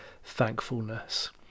thankfulness